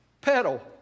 Pedal